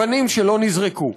נפצע מאבנים שלא נזרקו.